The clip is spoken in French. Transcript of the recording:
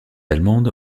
allemande